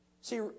See